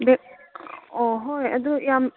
ꯑꯣ ꯍꯣꯏ ꯑꯗꯨ ꯌꯥꯝ